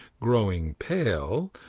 growing pale,